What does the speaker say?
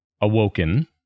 awoken